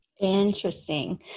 Interesting